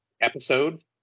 episode